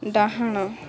ଡାହାଣ